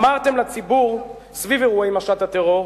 אמרתם לציבור: סביב אירועי משט הטרור